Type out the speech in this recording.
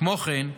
כמו כן,